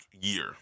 year